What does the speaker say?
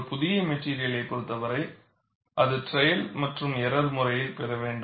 ஒரு புதிய மெட்டிரியலைப் பொறுத்தவரை அதை ட்ரையல் மற்றும் எரர் முறையில் பெற வேண்டும்